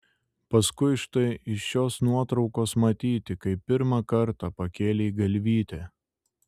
paskui štai iš šios nuotraukos matyti kai pirmą kartą pakėlei galvytę